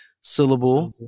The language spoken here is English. syllable